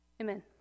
Amen